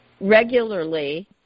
regularly